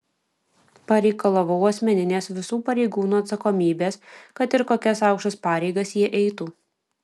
pareikalavau asmeninės visų pareigūnų atsakomybės kad ir kokias aukštas pareigas jie eitų